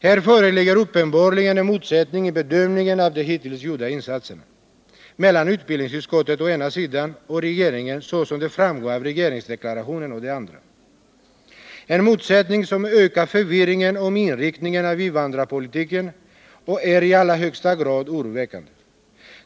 Här föreligger uppenbarligen en motsättning i bedömningen av de hittills gjorda insatserna mellan utbildningsutskottet å ena sidan och regeringen, så som det framgår av regeringsförklaringen, å den andra. Det är en motsättning som ökar förvirringen om inriktningen av invandrarpolitiken, och det är i högsta grad oroväckande.